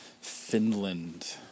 Finland